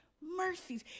mercies